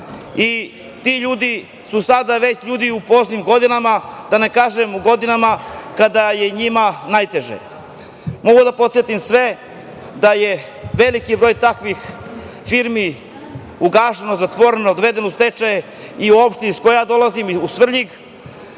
i ti ljudi su sada već u poznim godinama, da ne kažem u godinama kada je njima najteže. Mogu da podsetim sve da je veliki broj takvih firmi ugašeno, zatvoreno, odvedeno u stečaj, i u opštini iz koje ja dolazim, Svrljig,